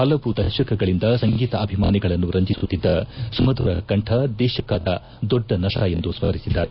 ಪಲವು ದಶಕಗಳಂದ ಸಂಗೀತ ಅಭಿಮಾನಿಗಳನ್ನು ರಂಜಿಸುತ್ತಿದ್ದ ಸುಮಧುರ ಕಂಠ ದೇಶಕ್ಕಾದ ದೊಡ್ಡ ನಷ್ಟ ಎಂದು ಸ್ತರಿಸಿದ್ದಾರೆ